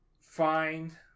find